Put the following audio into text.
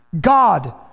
God